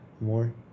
more